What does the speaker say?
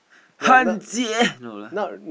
Han-Jie no lah